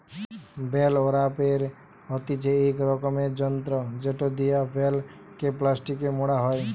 bell wrapper হতিছে ইক রকমের যন্ত্র জেটো দিয়া বেল কে প্লাস্টিকে মোড়া হই